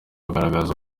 kugaragaza